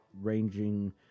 ranging